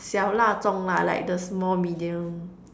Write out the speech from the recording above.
小辣中辣： xiao la zhong la like the small medium